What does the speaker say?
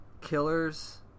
killers